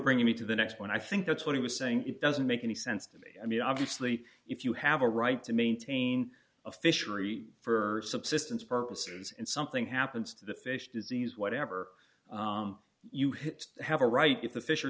bringing me to the next one i think that's what he was saying it doesn't make any sense to me i mean obviously if you have a right to maintain a fishery for subsistence purposes and something happens to the fish disease whatever you hit have a right if the fish are